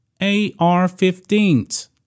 AR-15s